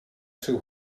too